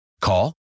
Call